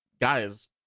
guys